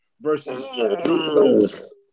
versus